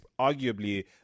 arguably